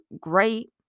great